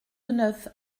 neuf